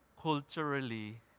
culturally